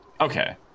Okay